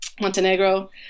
Montenegro